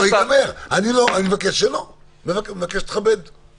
אני רואה שוב את העניין שהממשלה מבקשת לעגן כבר